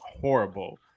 horrible